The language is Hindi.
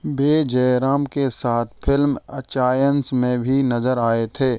वे जयराम के साथ फिल्म अचायंस में भी नज़र आए थे